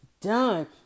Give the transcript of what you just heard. done